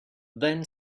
then